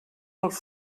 als